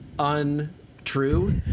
Untrue